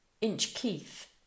Inchkeith